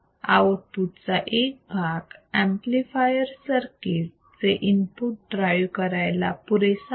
output चा एक भाग ऍम्प्लिफायर सर्किट चे इनपुट ड्राईव्ह करायला पुरेसा आहे